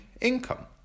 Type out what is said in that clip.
income